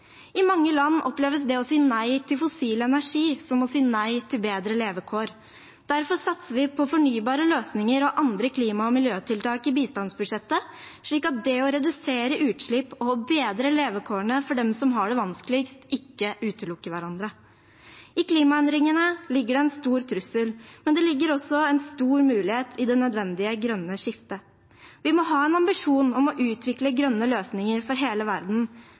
I mange land oppleves det å si nei til fossil energi som å si nei til bedre levekår. Derfor satser vi på fornybare løsninger og andre klima- og miljøtiltak i bistandsbudsjettet, slik at det å redusere utslipp og bedre levekårene for dem som har det vanskeligst, ikke utelukker hverandre. I klimaendringene ligger det en stor trussel, men det ligger også en stor mulighet i det nødvendige grønne skiftet. Vi må ha en ambisjon om å utvikle grønne løsninger for hele verden.